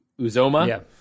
Uzoma